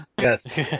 yes